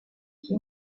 qui